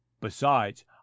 Besides